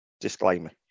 Disclaimer